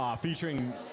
featuring